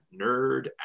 nerd